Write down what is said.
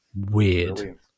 weird